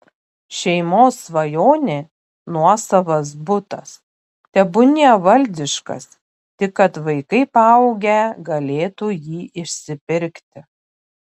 šeimos svajonė nuosavas butas tebūnie valdiškas tik kad vaikai paaugę galėtų jį išsipirkti